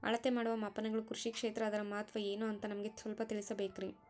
ಅಳತೆ ಮಾಡುವ ಮಾಪನಗಳು ಕೃಷಿ ಕ್ಷೇತ್ರ ಅದರ ಮಹತ್ವ ಏನು ಅಂತ ನಮಗೆ ಸ್ವಲ್ಪ ತಿಳಿಸಬೇಕ್ರಿ?